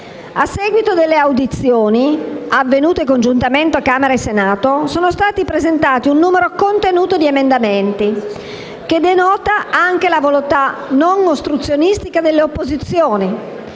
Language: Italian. A seguito delle audizioni, avvenute congiuntamente tra Camera e Senato, è stato presentato un numero contenuto di emendamenti, che denota anche la volontà non ostruzionistica delle opposizioni